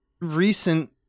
recent